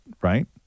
right